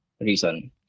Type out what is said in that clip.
reason